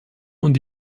und